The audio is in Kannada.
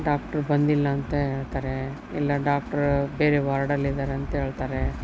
ಡಾಕ್ಟ್ರು ಬಂದಿಲ್ಲ ಅಂತ ಹೇಳ್ತಾರೆ ಇಲ್ಲ ಡಾಕ್ಟ್ರು ಬೇರೆ ವಾರ್ಡಲ್ಲಿ ಇದ್ದಾರೆ ಅಂತ ಹೇಳ್ತಾರೆ